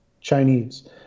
Chinese